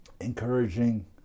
encouraging